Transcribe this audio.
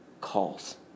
calls